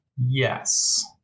Yes